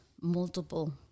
multiple